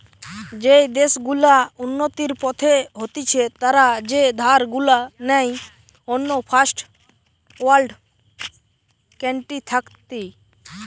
যেই দেশ গুলা উন্নতির পথে হতিছে তারা যে ধার গুলা নেই অন্য ফার্স্ট ওয়ার্ল্ড কান্ট্রি থাকতি